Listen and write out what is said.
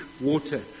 water